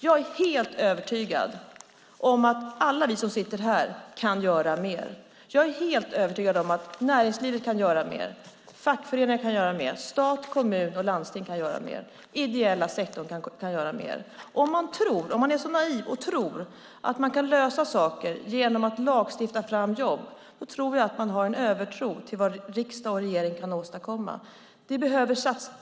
Jag är helt övertygad om att alla vi som sitter här kan göra mer. Jag är övertygad om att näringslivet kan göra mer, att fackföreningarna kan göra mer, att stat, kommun och landsting kan göra mer och att den ideella sektorn kan göra mer. Är man så naiv att man tror att man kan lösa saker genom att lagstifta fram jobb har man en övertro på vad riksdag och regering kan åstadkomma.